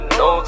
no